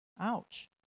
Ouch